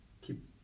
keep